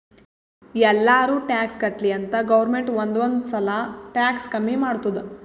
ಎಲ್ಲಾರೂ ಟ್ಯಾಕ್ಸ್ ಕಟ್ಲಿ ಅಂತ್ ಗೌರ್ಮೆಂಟ್ ಒಂದ್ ಒಂದ್ ಸಲಾ ಟ್ಯಾಕ್ಸ್ ಕಮ್ಮಿ ಮಾಡ್ತುದ್